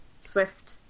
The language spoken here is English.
swift